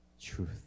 truth